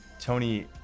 Tony